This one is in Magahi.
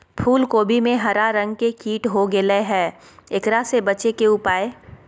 फूल कोबी में हरा रंग के कीट हो गेलै हैं, एकरा से बचे के उपाय?